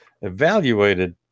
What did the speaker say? evaluated